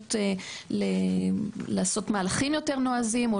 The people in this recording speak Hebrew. הנכונות לעשות מהלכים יותר נועזים,